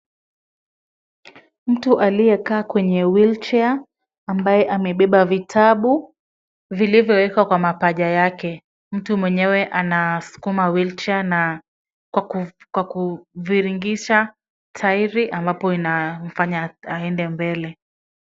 Mtu aliyekaa kwenye wheelchair ambaye amebeba vitabu vilivyowekwa kwa mapaja yake, mtu mwenyewe anasukuma wheelchair na kwa kuvingirisha tairi ambazo zinamfanya aende mbele.